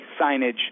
signage